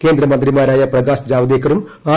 കേന്ദ്ര മന്ത്രിമാരായ പ്രകാശ് ജാവദേക്കറും ആർ